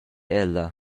ella